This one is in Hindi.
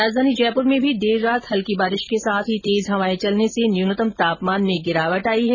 राजधानी जयपुर में भी देर रात हल्की बारिश के साथ ही तेज हवाए चलने से न्यनतम तापमान में गिरावट आई है